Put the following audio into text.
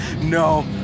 No